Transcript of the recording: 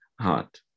heart